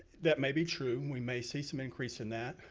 that may be true, we may see some increase in that,